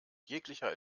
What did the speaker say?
jeglicher